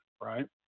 right